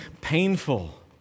painful